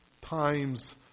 times